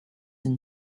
and